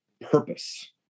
purpose